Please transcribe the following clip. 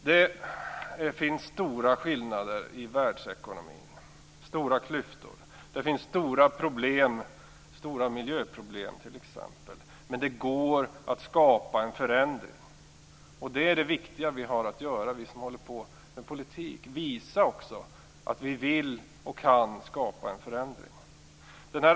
Det finns stora skillnader och klyftor i världsekonomin, och det finns stora problem, stora miljöproblem t.ex. Men det går att skapa en förändring. Det viktiga som vi håller på med politik har att göra är att också visa att vi vill och kan skapa en förändring.